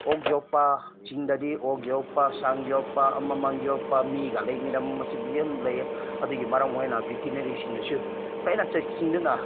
ꯑꯣꯛ ꯌꯣꯛꯄ ꯆꯤꯡꯗꯗꯤ ꯑꯣꯛ ꯌꯣꯛꯄ ꯁꯥ ꯌꯣꯛꯄ ꯑꯃꯃ ꯌꯣꯛꯄ ꯃꯤꯒ ꯂꯩꯃꯤꯟꯅꯕꯁꯤꯕꯨ ꯌꯥꯝ ꯂꯩꯌꯦ ꯑꯗꯨꯒꯤ ꯃꯔꯝ ꯑꯣꯏꯅ ꯚꯦꯇꯤꯅꯔꯤꯁꯤꯡꯅꯁꯨ ꯐꯖꯅ ꯆꯦꯛꯁꯤꯟꯗꯨꯅ